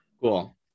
Cool